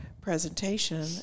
presentation